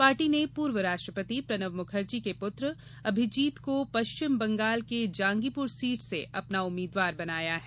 party ने पूर्व राष्ट्रपति प्रणब मुखर्जी के पूत्र अभिजीत को पश्चिम बंगाल की जांगीपुर सीट से अपना उम्मीादवार बनाया है